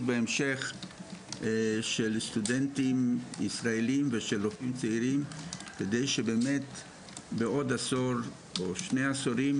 בהמשך של סטודנטים ישראלים ורופאים צעירים כדי שבעוד עשור או שני עשורים